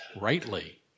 rightly